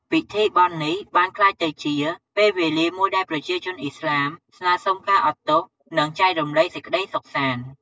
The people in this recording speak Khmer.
ពីធីបុណ្យនេះបានក្លាយទៅជា ពេលវេលាមួយដែលប្រជាជនឥស្លាម ស្នើសុំការអត់ទោស និងចែករំលែកសេចក្ដីសុខសាន្ត។